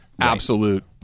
absolute